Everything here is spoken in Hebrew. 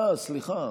אה, סליחה,